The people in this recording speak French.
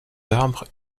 arbres